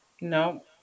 No